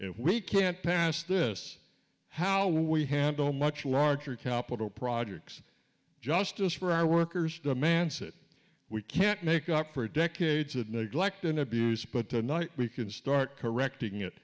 if we can't pass this how we handle much larger capital projects justice for our workers demands it we can't make up for decades of neglect and abuse but tonight we can start correcting it